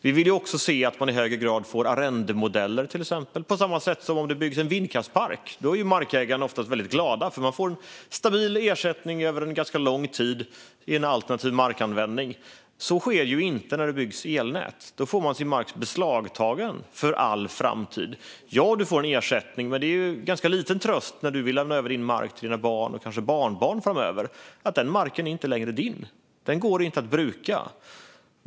Vi vill ju också se att man i högre grad har till exempel arrendemodeller, på samma sätt som när det byggs en vindkraftspark. Då är markägarna oftast väldigt glada, för de får en stabil ersättning över ganska lång tid för en alternativ markanvändning. Så sker inte när det byggs elnät, utan då får man sin mark beslagtagen för all framtid. Ja, du får ersättning, men det är ju ganska liten tröst om du vill lämna över din mark till dina barn - och kanske barnbarn - framöver. Marken är inte längre din och går inte att bruka.